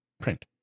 print